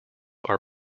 are